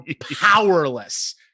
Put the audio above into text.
powerless